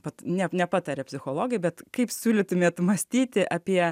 bet ne nepataria psichologė bet kaip siūlytumėt mąstyti apie